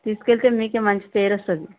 తీసుకు వెళ్తే మీకు మంచి పేరు వస్తుంది